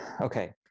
Okay